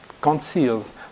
conceals